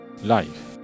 life